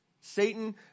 Satan